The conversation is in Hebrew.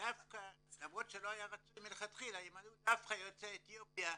דווקא למרות שלא היה רצוי מלכתחילה אם היו דווקא יוצאי אתיופיה,